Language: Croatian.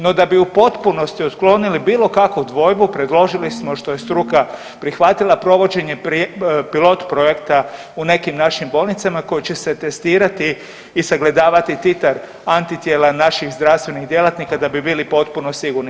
No da bi u potpunosti otklonili bilo kakvu dvojbu predložili smo što je struka prihvatila, provođenje pilot projekta u nekim našim bolnicama koji će se testirati i sagledavati titar antitijela naših zdravstvenih djelatnika da bi bili potpuno sigurni.